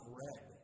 red